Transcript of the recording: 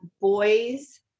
boys